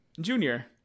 Junior